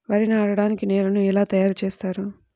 వరి నాటడానికి నేలను ఎలా తయారు చేస్తారు?